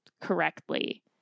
correctly